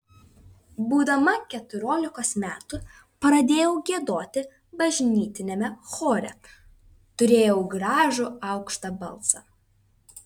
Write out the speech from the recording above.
būdama keturiolikos metų pradėjau giedoti bažnytiniame chore turėjau gražų aukštą balsą